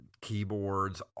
keyboards